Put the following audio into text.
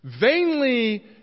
Vainly